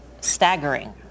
staggering